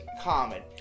common